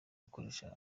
gukoresha